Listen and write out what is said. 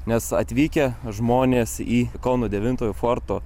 nes atvykę žmonės į kauno devintojo forto